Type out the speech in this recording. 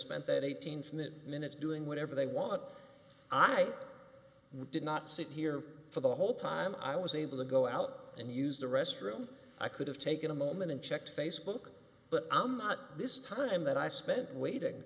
spent that eighteen from the minutes doing whatever they want i did not sit here for the whole time i was able to go out and use the restroom i could have taken a moment and checked facebook but i'm not this time that i spent waiting